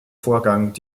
vorgang